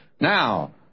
Now